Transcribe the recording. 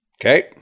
okay